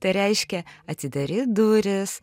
tai reiškia atidaryt duris